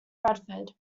bradford